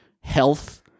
health